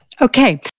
Okay